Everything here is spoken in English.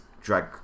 drag